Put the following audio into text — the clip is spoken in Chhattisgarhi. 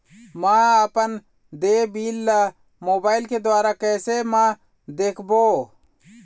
म अपन देय बिल ला मोबाइल के द्वारा कैसे म देखबो?